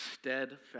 steadfast